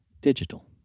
digital